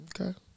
Okay